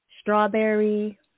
Strawberry